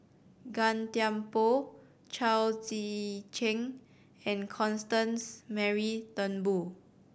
Gan Thiam Poh Chao Tzee Cheng and Constance Mary Turnbull